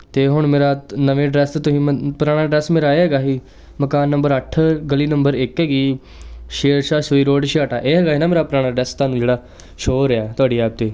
ਅਤੇ ਹੁਣ ਮੇਰਾ ਨਵੇਂ ਅਡਰੈਸ ਤੁਸੀਂ ਪੁਰਾਣਾ ਅਡਰੈਸ ਮੇਰਾ ਇਹ ਹੈਗਾ ਸੀ ਮਕਾਨ ਨੰਬਰ ਅੱਠ ਗਲੀ ਨੰਬਰ ਇੱਕ ਹੈਗੀ ਸ਼ੇਰ ਸ਼ਾਹ ਸੂਰੀ ਰੋਡ ਛਿਆਟਾ ਇਹ ਹੈਗਾ ਹੈ ਨਾ ਮੇਰਾ ਪੁਰਾਣਾ ਅਡਰੈਸ ਤੁਹਾਨੂੰ ਜਿਹੜਾ ਸ਼ੋ ਹੋ ਰਿਹਾ ਤੁਹਾਡੀ ਐਪ 'ਤੇ